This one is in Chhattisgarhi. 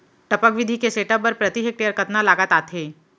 टपक विधि के सेटअप बर प्रति हेक्टेयर कतना लागत आथे?